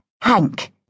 Hank